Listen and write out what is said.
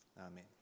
Amen